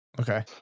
Okay